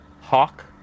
hawk